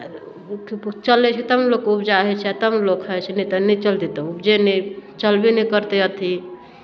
चलै छै तब ने लोकके उपजा होइ छै तब ने लोक खाइ छै नहि तऽ नहि चलतै तऽ उपजे नहि चलबे नहि करतै अथी